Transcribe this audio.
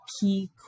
key